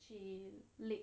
she late